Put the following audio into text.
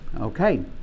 Okay